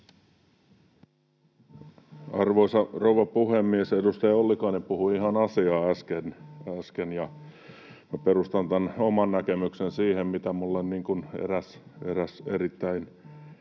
Arvoisa rouva puhemies! Edustaja Ollikainen puhui ihan asiaa äsken, ja perustan tämän oman näkemykseni siihen, mitä minulle eräs erittäin